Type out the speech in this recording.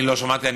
אני לא שמעתי.